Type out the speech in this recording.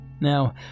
Now